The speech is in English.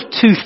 two